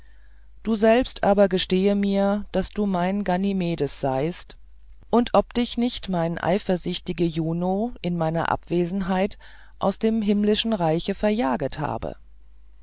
du selbst aber gestehe mir daß du mein ganymedes seist und ob dich nicht mein eifersichtige juno in meiner abwesenheit aus dem himmlischen reich gejaget habe